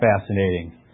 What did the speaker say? fascinating